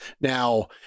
Now